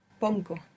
Pongo